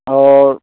और